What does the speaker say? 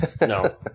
No